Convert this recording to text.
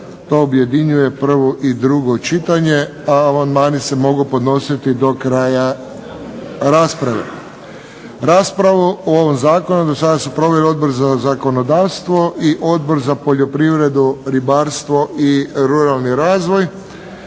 to objedinjuje prvo i drugo čitanje, a amandmani se mogu podnositi do kraja rasprave. Raspravu o ovom zakonu dosada su proveli Odbor za zakonodavstvo i Odbor za poljoprivredu, ribarstvo i ruralni razvoj.